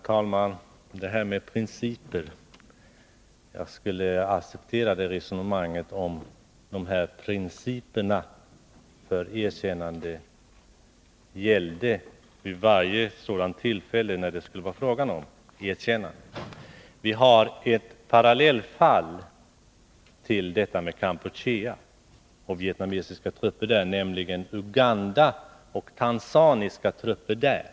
Herr talman! Det här med principer — jag skulle acceptera det resonemanget om principerna gällde vid varje tillfälle när det var fråga om erkännande. Vi har ett parallellfall till Kampuchea och vietnamesiska trupper, nämligen Uganda och tanzaniska trupper där.